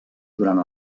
durant